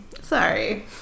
Sorry